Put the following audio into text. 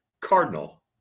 Cardinal